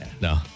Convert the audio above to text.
No